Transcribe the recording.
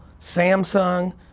Samsung